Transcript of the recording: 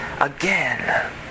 again